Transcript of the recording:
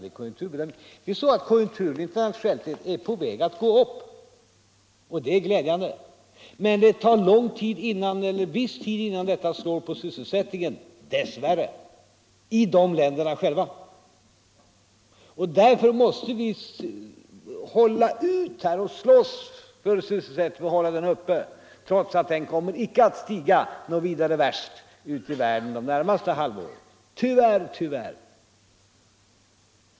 Den internationella konjunkturen är på väg upp, och det är glädjande, men det tar tid innan detta slår igenom inom sysselsättningen — dessvärre — i de länder som berörs av uppgången. Därför måste vi hålla ut och slåss för sysselsättningen och hålla den uppe, trots att sysselsättningen under det närmaste halvåret icke kommer att stiga särskilt mycket ute i världen. Tyvärr!